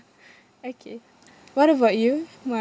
okay what about you